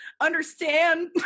understand